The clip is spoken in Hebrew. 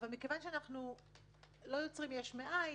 אנחנו לא יוצרים יש מאין,